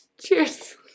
Cheers